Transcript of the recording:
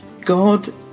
God